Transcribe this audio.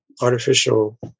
artificial